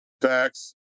Tax